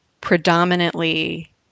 predominantly